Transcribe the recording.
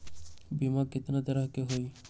बीमा केतना तरह के होइ?